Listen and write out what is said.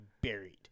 buried